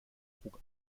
trug